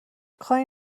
کاری